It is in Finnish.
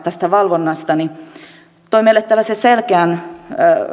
tästä valvonnasta toi meille tällaisen selkeän